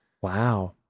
Wow